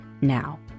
now